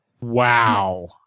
Wow